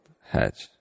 hatch